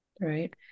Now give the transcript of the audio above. Right